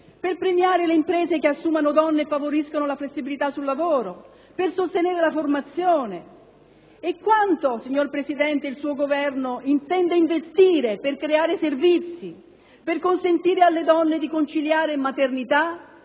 per premiare le imprese che assumano donne e favoriscano la flessibilità sul lavoro, per sostenere la formazione? E quanto, signor Presidente, il suo Governo intende investire per creare servizi, per consentire alle donne di conciliare maternità,